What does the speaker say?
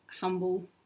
humble